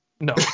No